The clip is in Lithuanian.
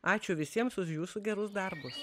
ačiū visiems už jūsų gerus darbus